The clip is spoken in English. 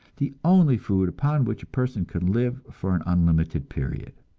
the only food upon which a person can live for an unlimited period.